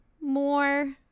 more